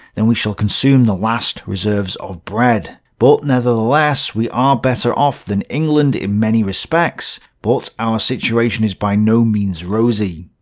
then we shall consume the last reserves of bread. but nevertheless we are better off than england in many respects. but our situation is by no means rosy.